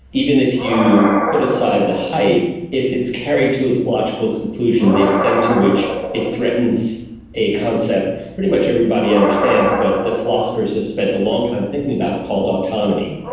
even if you put aside the hype, if it's carried to its logical conclusion the extent to which it threatens a concept pretty much everybody understands but the philosophers have spent a long time thinking about called autonomy.